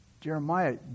Jeremiah